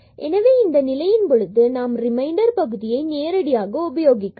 எனவே இந்த நிலையில் பொழுது நாம் ரிமைண்டர் பகுதியை நேரடியாக உபயோகிக்கலாம்